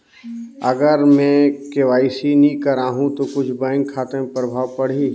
अगर मे के.वाई.सी नी कराहू तो कुछ बैंक खाता मे प्रभाव पढ़ी?